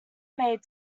made